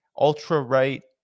ultra-right